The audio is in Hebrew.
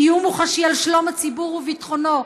איום מוחשי על שלום הציבור וביטחונו,